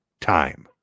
time